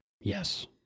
Yes